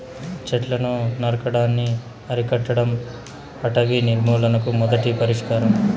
చెట్లను నరకటాన్ని అరికట్టడం అటవీ నిర్మూలనకు మొదటి పరిష్కారం